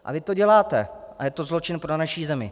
A vy to děláte a je to zločin pro naši zemi.